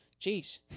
Jeez